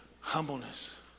humbleness